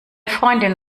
freundin